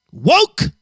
Woke